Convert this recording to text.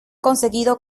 conseguido